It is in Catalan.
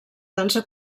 dansa